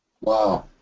Wow